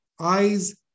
eyes